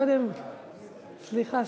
סליחה,